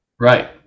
right